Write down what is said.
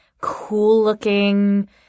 cool-looking